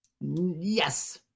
Yes